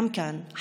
גם כאן,